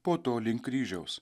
po to link kryžiaus